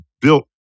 built